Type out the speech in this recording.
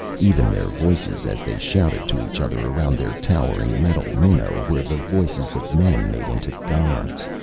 even their voices, as they shouted to each other around their towering metal minnow, were the voices of men made into gods,